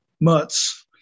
mutts